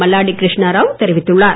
மல்லாடி கிருஷ்ணராவ் தெரிவித்துள்ளார்